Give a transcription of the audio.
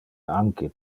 anque